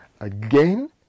again